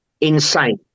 insane